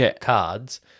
cards